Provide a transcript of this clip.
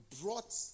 brought